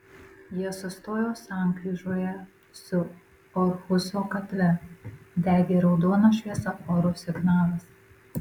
jie sustojo sankryžoje su orhuso gatve degė raudonas šviesoforo signalas